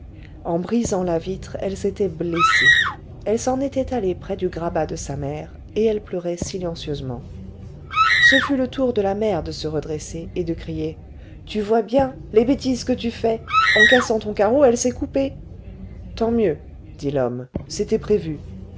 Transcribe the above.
en brisant la vitre elle s'était blessée elle s'en était allée près du grabat de sa mère et elle pleurait silencieusement ce fut le tour de la mère de se redresser et de crier tu vois bien les bêtises que tu fais en cassant ton carreau elle s'est coupée tant mieux dit l'homme c'était prévu